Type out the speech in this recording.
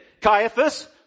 Caiaphas